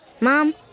Mom